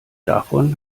davon